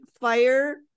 fire